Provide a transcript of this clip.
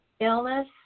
illness